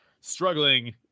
struggling